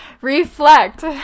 Reflect